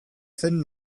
zen